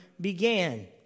began